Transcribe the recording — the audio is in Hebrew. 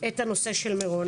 את הנושא של מירון.